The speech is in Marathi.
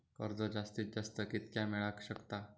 कर्ज जास्तीत जास्त कितक्या मेळाक शकता?